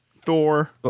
Thor